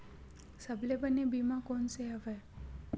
सबले बने बीमा कोन से हवय?